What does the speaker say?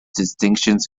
distinctions